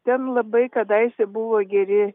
ten labai kadaise buvo geri